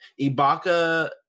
Ibaka